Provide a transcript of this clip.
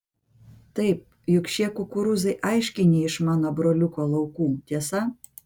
taip juk šie kukurūzai aiškiai ne iš mano broliuko laukų tiesa